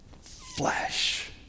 flesh